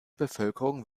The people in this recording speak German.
bevölkerung